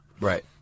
right